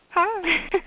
Hi